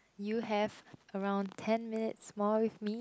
you have around ten minutes more with me